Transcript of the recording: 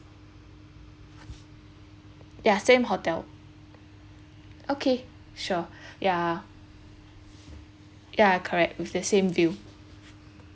ya same hotel okay sure ya ya correct with the same deal